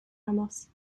moss